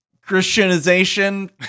Christianization